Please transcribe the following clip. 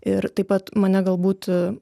ir taip pat mane galbūt